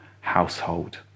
household